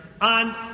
on